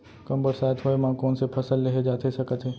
कम बरसात होए मा कौन से फसल लेहे जाथे सकत हे?